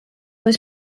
was